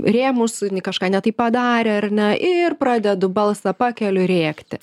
rėmus kažką ne taip padarė ar ne ir pradedu balsą pakeliu rėkti